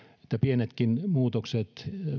että pieniäkin muutoksia